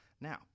now